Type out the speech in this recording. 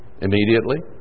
immediately